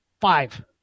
five